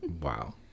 Wow